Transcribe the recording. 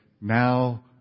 now